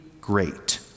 great